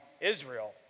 Israel